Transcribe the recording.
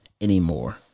anymore